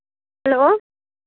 hello